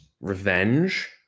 revenge